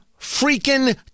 freaking